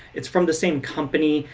it's from the same company,